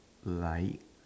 like